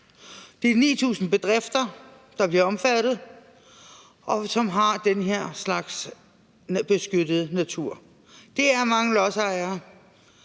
Det er 9.000 bedrifter, der bliver omfattet, og som har den her slags beskyttede natur. Det er mange lodsejere,